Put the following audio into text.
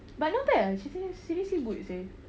but lah kan she say seriously what you said